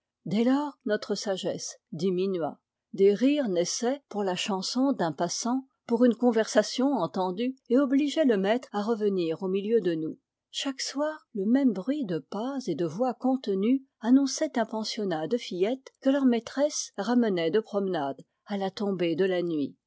dès lors notre sagesse diminua des rires naissaient pour la chanson d'un passant pour une conversation entendue et obligeaient le maitre à revenir au milieu de nous chaque soir le même bruit de pas et de voix contenues annonçait un pensionnat de fillettes que leurs maitresses ramenaient de promenade à la tombée de la nuit